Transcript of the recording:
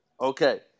Okay